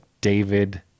David